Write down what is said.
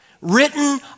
written